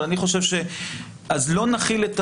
אני חושב שזה קו הרבה יותר נכון.